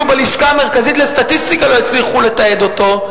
בלשכה המרכזית לסטטיסטיקה לא הצליחו לתעד אותו,